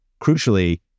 crucially